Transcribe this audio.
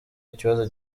ikibazo